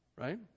Right